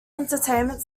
entertainment